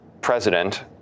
president